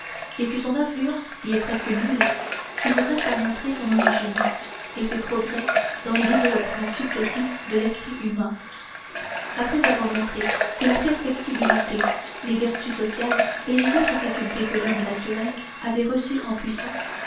et que son influence y est presque nulle il me reste à montrer son origine et ses progrès dans les développements successifs de l'esprit humain après avoir montré que la perfectibilité les vertus sociales et les autres facultés que l'homme naturel avait reçues en puissance